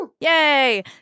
Yay